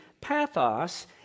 pathos